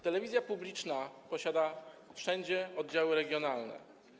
Telewizja publiczna posiada wszędzie oddziały regionalne.